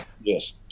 Yes